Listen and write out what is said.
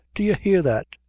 do you hear that?